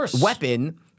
weapon